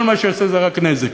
כל מה שהוא יעשה זה רק נזק.